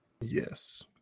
Yes